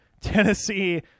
Tennessee